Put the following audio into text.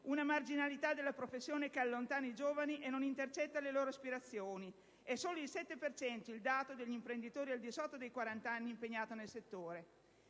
Una marginalità della professione che allontana i giovani e non intercetta le loro aspirazioni: basti pensare che solo il 7 per cento degli imprenditori al di sotto dei 40 anni è impegnato nel settore